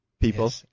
people